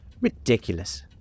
ridiculous